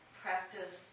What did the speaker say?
practice